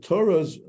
Torah's